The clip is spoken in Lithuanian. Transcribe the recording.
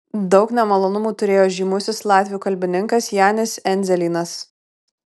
daug nemalonumų turėjo žymusis latvių kalbininkas janis endzelynas